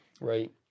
Right